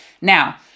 Now